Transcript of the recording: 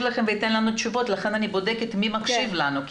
לכם וייתן לנו תשובות לכן אני בודקת מי מקשיב לנו,